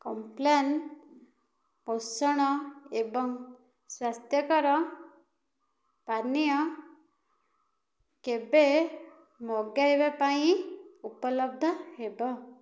Complan ପୋଷଣ ଏବଂ ସ୍ଵାସ୍ଥ୍ୟକର ପାନୀୟ କେବେ ମଗାଇବା ପାଇଁ ଉପଲବ୍ଧ ହେବ